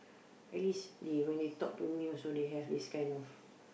at least they when they talk to me also they have this kind of